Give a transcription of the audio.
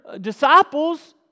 disciples